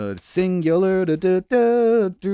Singular